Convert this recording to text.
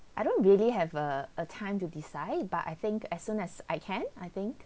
I don't really have a a time to decide but I think as soon as I can I think